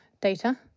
data